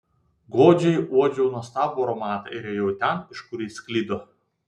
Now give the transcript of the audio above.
godžiai uodžiau nuostabų aromatą ir ėjau ten iš kur jis sklido